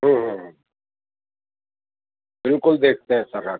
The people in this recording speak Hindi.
बिल्कुल देखते हैं सर आकर